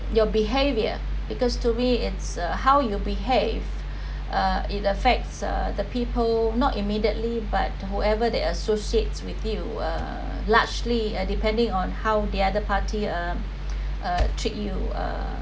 your behavior because to me it's uh how you behave uh it affects uh the people not immediately but whoever they associates with you uh largely and depending on how the other party um uh treat you uh